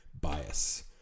bias